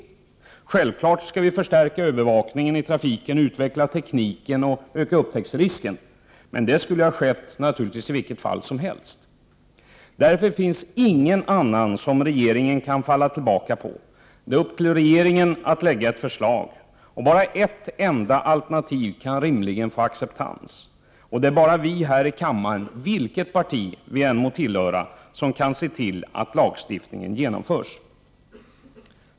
Men självfallet skall vi förstärka övervakningen av trafiken, utveckla tekniken och öka upptäcktsrisken. Men det skulle ha skett i vilket fall som helst. Därför finns ingen som regeringen kan falla tillbaka på. Det är upp till regeringen att lägga fram ett förslag. Bara ett alternativ kan rimligen få acceptans, och det är bara vi här i kammaren -— vilket parti vi än må tillhöra — som kan se till att lagstiftningen genomförs.